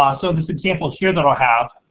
ah so there's examples here that i'll have.